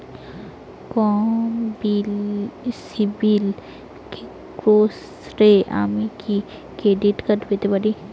কম সিবিল স্কোরে কি আমি ক্রেডিট পেতে পারি?